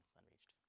unreached